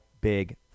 big